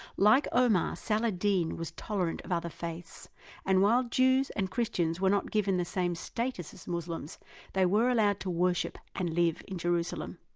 like omar, saladin was tolerant of the other faiths and while jews and christians were not given the same status as muslims they were allowed to worship and live n jerusalem.